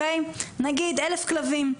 נגיד 1,000 כלבים,